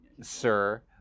sir